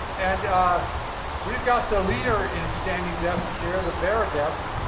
and we've got the leader in standing desks here, the varidesk,